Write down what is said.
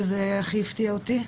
שזה הכי הפתיע אותי,